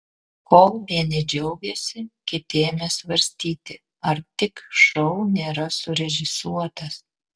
kol vieni džiaugėsi kiti ėmė svarstyti ar tik šou nėra surežisuotas